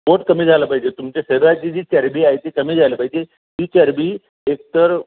पोट कमी झालं पाहिजे तुमच्या शरीराची जी चरबी आहे ती कमी झाली पाहिजे ती चरबी एक तर